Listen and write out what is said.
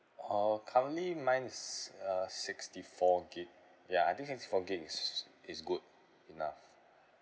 uh currently mine is uh sixty four gig ya I think sixty four gig is is good enough